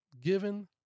given